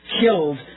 killed